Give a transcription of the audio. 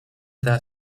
that